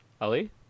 Ali